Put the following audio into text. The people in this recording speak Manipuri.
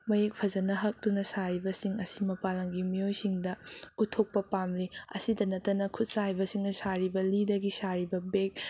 ꯃꯌꯦꯛ ꯐꯖꯟꯅ ꯍꯛꯇꯨꯅ ꯁꯥꯔꯤꯕꯁꯤꯡ ꯑꯁꯤ ꯃꯄꯥꯟ ꯂꯝꯒꯤ ꯃꯤꯑꯣꯏꯁꯤꯡꯗ ꯎꯠꯊꯣꯛꯄ ꯄꯥꯝꯂꯤ ꯑꯁꯤꯗ ꯅꯠꯇꯅ ꯈꯨꯠꯁꯥ ꯍꯩꯕꯁꯤꯡꯅ ꯁꯥꯔꯤꯕ ꯂꯤꯗꯒꯤ ꯁꯥꯔꯤꯕ ꯕꯦꯛ